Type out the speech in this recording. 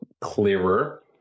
clearer